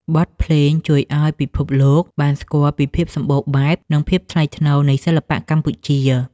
បទភ្លេងជួយឱ្យពិភពលោកបានស្គាល់ពីភាពសម្បូរបែប និងភាពថ្លៃថ្នូរនៃសិល្បៈកម្ពុជា។